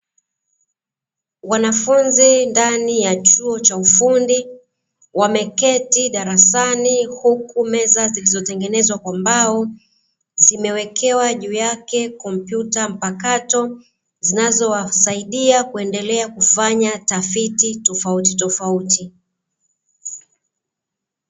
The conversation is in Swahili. Wanafunzi ndani ya chuo cha ufundi wameketi darasani, meza zilizotengenezwa kwa mbao zimewekewa juu yake kompyuta mpakato zinazo wasaidia tafiti tofautitofauti .